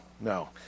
no